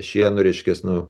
šienu reiškias nu